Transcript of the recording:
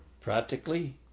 Practically